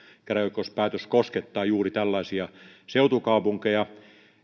käräjäoikeuspäätös koskettaa juuri tällaisia seutukaupunkeja